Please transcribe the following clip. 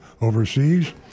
overseas